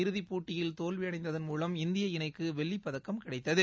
இறுதிப் போட்டியில் தோல்வியடைந்ததன் மூலம் இந்திய இணைக்கு வெள்ளிப்பதக்கம் கிடைத்தது